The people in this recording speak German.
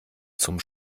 zum